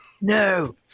No